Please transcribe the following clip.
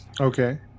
okay